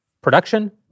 production